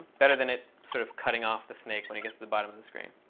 better than it sort of cutting off the snake when it gets to the bottom of the screen.